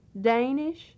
Danish